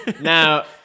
Now